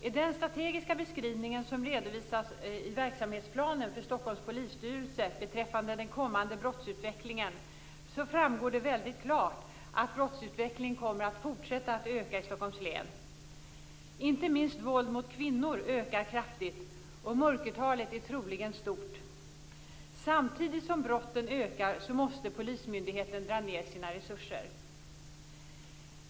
I den strategiska beskrivning som redovisas i verksamhetsplanen för Stockholms polisstyrelse beträffande den kommande brottsutvecklingen framgår det väldigt klart att brottsutvecklingen kommer att uppvisa en fortsatt ökning i Stockholms län. Inte minst våld mot kvinnor ökar kraftigt, och mörkertalet är troligen stort. Samtidigt som brotten ökar måste polismyndigheten dra ned sina resurser.